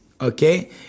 okay